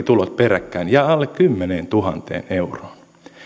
tulot peräkkäin jää alle kymmeneentuhanteen euroon